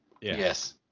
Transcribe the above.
yes